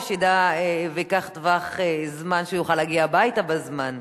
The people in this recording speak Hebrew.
ידע וייקח טווח זמן שהוא יוכל להגיע הביתה בזמן.